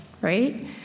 right